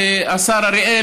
השר אריאל,